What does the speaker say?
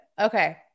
okay